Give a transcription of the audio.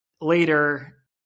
later